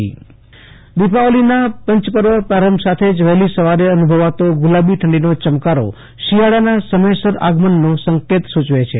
Ashutosh Antani Kutch હવા માન દિપાવલીના પંચપર્વ પ્રારંભ સાથે જ વહેલી સવારે અનુભવાતો ગુલાબી ઠંડીનો ચમકારો શિયાળાના સમયસર આગમનનો સંકેત સુચવે છે